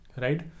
Right